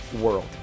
world